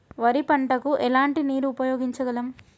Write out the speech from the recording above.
వరి పంట కు ఎలాంటి నీరు ఉపయోగించగలం?